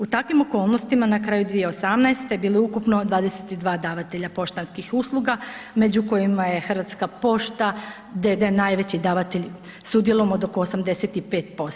U takvim okolnostima na kraju 2018. bilo je ukupno 22 davatelja poštanskih usluga među kojima je Hrvatska pošta d.d. najveći davatelj s udjelom od oko 85%